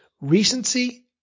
recency